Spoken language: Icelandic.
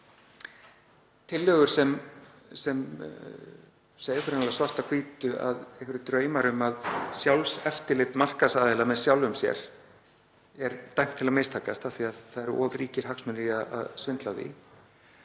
hér tillögur sem segja hreinlega svart á hvítu að einhverjir draumar um að eftirlit markaðsaðila með sjálfum sér er dæmt til að mistakast, af því að það eru of ríkir hagsmunir í að svindla á því,